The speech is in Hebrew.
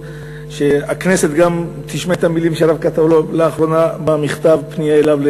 כדי שהכנסת גם תשמע את המילים שהרב כתב לאחרונה במכתב הפנייה אליו,